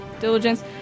diligence